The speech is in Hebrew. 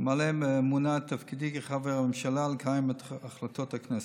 למלא באמונה את תפקידי כחבר הממשלה ולקיים את החלטות הכנסת.